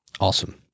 Awesome